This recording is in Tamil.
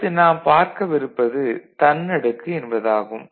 அடுத்து நாம் பார்க்கவிருப்பது தன்னடுக்கு என்பதாகும்